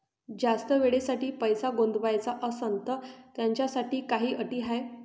जास्त वेळेसाठी पैसा गुंतवाचा असनं त त्याच्यासाठी काही अटी हाय?